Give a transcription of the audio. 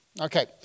Okay